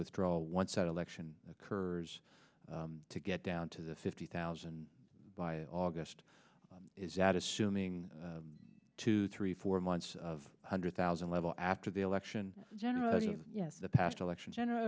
withdrawal once that election occurs to get down to the fifty thousand by august is that assuming two three four months of one hundred thousand level after the election generally yes the past election general